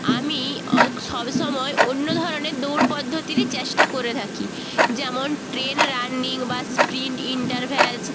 আমি সবসময় অন্য ধরনের দৌড় পদ্ধতিরই চেষ্টা করে থাকি যেমন ট্রেন রানিং বা স্প্রিন্ট ইন্টারভ্যালস